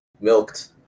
milked